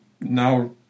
now